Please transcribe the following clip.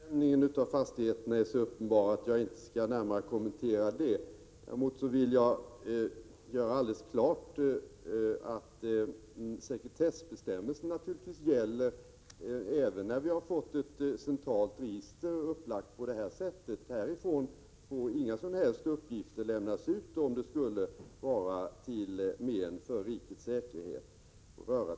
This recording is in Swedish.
Fru talman! Värdet av lägesbestämningen av fastigheterna är så uppenbart att jag inte skall närmare kommentera den frågan. Däremot vill jag göra alldeles klart att sekretessbestämmelserna naturligtvis gäller även efter det att vi fått ett på detta sätt centralt upplagt register. Från detta får inte lämnas ut några som helst uppgifter som rör totalförsvaret och som skulle kunna vara till men för rikets säkerhet.